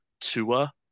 tua